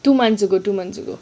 two months ago two months ago